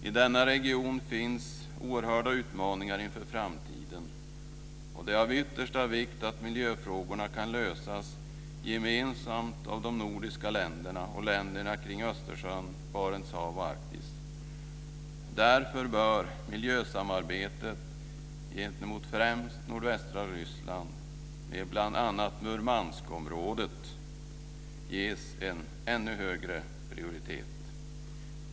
I denna region finns oerhörda utmaningar inför framtiden, och det är av yttersta vikt att miljöfrågorna kan lösas gemensamt av de nordiska länderna och länderna kring Östersjön, Barents hav och Arktis. Därför bör miljösamarbetet gentemot främst nordvästra Ryssland, med bl.a. Murmanskområdet, ges en ännu högre prioritet.